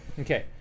okay